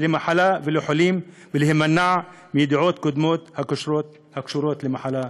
למחלה ולחולים ולהימנע מדעות קודמות הקשורות למחלה.